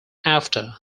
after